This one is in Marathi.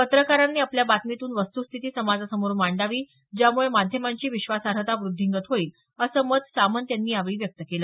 पत्रकारांनी आपल्या बातमीतून वस्तुस्थिती समाजासमोर मांडावी ज्यामुळे माध्यमांची विश्वार्हता व्रद्धींगत होईल असं मत सामंत यांनी यावेळी व्यक्त केलं